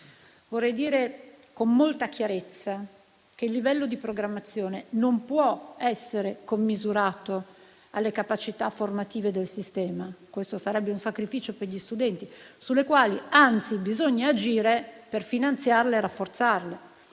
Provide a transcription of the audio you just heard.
Vorrei dire con molta chiarezza che il livello di programmazione non può essere commisurato alle capacità formative del sistema - questo sarebbe un sacrificio per gli studenti - sulle quali anzi bisogna agire per finanziarle e rafforzarle.